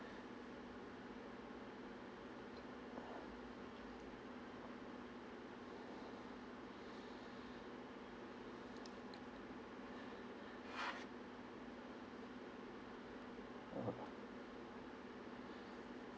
orh